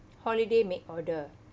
holiday make order